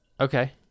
Okay